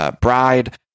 Bride